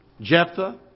Jephthah